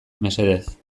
mesedez